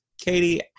Katie